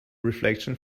reflection